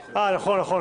נכון,